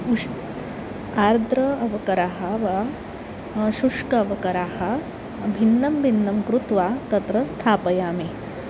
उषितम् आर्द्राः अवकराः वा शुष्काः अवकराः भिन्नं भिन्नं कृत्वा तत्र स्थापयामि